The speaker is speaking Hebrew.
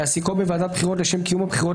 להעסיקו בוועדת בחירות לשם קיום הבחירות